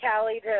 Callie